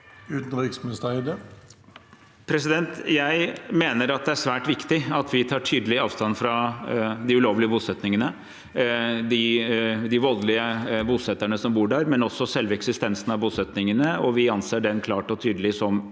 Utenriksminister Espen Barth Eide Jeg mener at det er svært viktig at vi tar tydelig avstand fra de ulovlige bosetningene, de voldelige bosetterne som bor der, men også selve eksistensen av bosetningene. Vi anser den klart og tydelig som